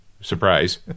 surprise